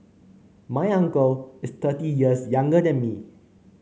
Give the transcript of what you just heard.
my uncle is thirty years younger than me